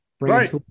Right